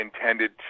intended